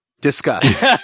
discuss